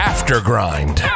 Aftergrind